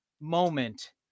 moment